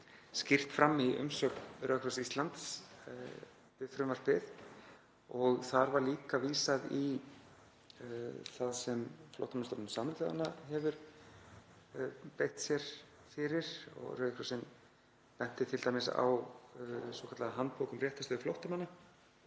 skýrt fram í umsögn Rauða kross Íslands við frumvarpið og þar var líka vísað í það sem Flóttamannastofnun Sameinuðu þjóðanna hefur beitt sér fyrir og Rauði krossinn benti t.d. á svokallaða handbók um réttarstöðu flóttamanna